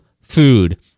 food